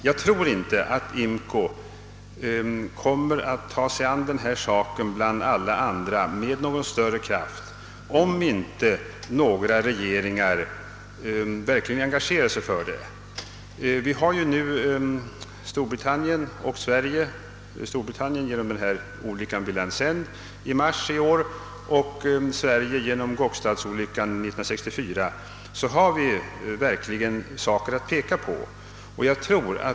Jag tror inte att IMCO kommer att ta sig an denna angelägenhet med någon större kraft, om inte några regeringar verkligen stöter på om den. Storbritannien och Sverige har nu reella fall att peka på, Storbritannien genom olyckan vid Lands End i mars i år och Sverige genom Gokstadsolyckan år 1964.